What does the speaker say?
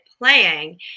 playing